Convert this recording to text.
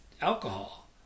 alcohol